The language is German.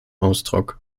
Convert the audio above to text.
ausdruck